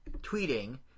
tweeting